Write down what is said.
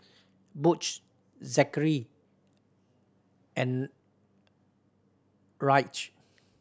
Butch Zackary and Ryleigh